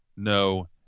no